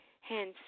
Hence